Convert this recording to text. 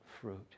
fruit